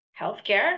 healthcare